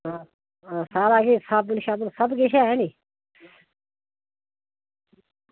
सारा किश साबन सबकिश ऐ नी